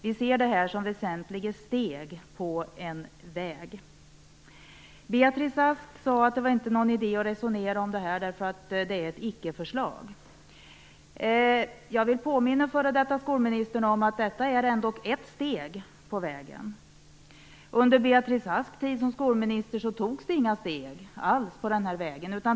Vi ser det som väsentliga steg på en väg. Beatrice Ask sade att det inte var någon idé att resonera om det här förslaget, eftersom det är ett ickeförslag. Jag vill påminna f.d. skolministern om att det ändå är ett steg på vägen. Under Beatrice Asks tid som skolminister togs det inga steg alls på vägen.